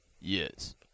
Yes